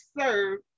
serve